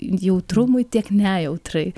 jautrumui tiek nejautrai